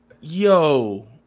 Yo